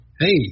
Hey